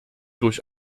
durch